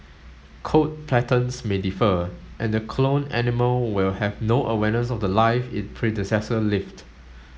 coat patterns may differ and the cloned animal will have no awareness of The Life its predecessor live